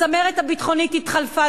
הצמרת הביטחונית התחלפה.